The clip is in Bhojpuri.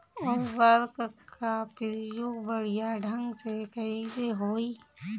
उर्वरक क प्रयोग बढ़िया ढंग से कईसे होई?